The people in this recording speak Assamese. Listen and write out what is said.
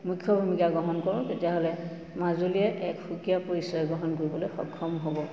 মুখ্য ভূমিকা গ্ৰহণ কৰোঁ তেতিয়াহ'লে মাজুলীয়ে এক সুকীয়া পৰিচয় গ্ৰহণ কৰিবলৈ সক্ষম হ'ব